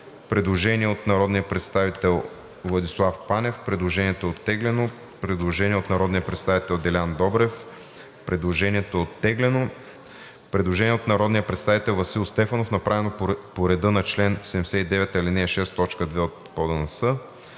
Предложение от народния представител Владислав Панев. Предложението е оттеглено. Предложение от народния представител Делян Добрев. Предложението е оттеглено. Предложение от народния представител Васил Стефанов, направено по реда на чл. 79, ал.